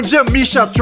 Jamisha